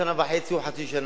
בן שנה וחצי או בן חצי שנה.